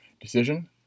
decision